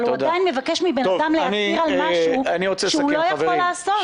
אבל הוא עדיין מבקש מבן אדם להצהיר על משהו שהוא לא יכול לעשות.